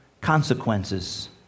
consequences